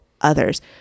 others